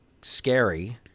scary